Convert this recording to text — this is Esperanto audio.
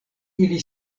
ili